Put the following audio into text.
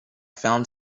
found